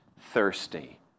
thirsty